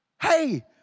Hey